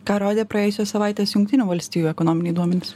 ką rodė praėjusios savaitės jungtinių valstijų ekonominiai duomenys